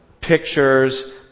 pictures